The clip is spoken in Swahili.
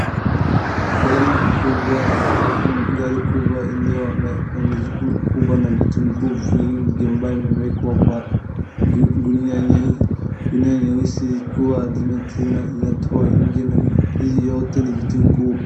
Gari kubwa, gari kubwa iliyo na mizigo mikubwa na vitunguu vingi ambaye imewekwa kwa gunia nyeusi, gunia nyeusi kuwa vinatoa nje na hivi vyote ni vitunguu.